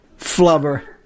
Flubber